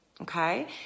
okay